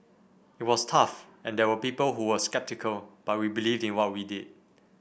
it was tough and there were people who were sceptical but we believed in what we did